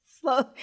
Slow